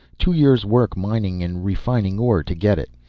two years' work mining and refining ore to get it.